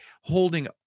holding